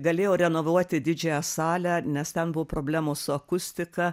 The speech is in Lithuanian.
galėjau renovuoti didžiąją salę nes ten buvo problemos su akustika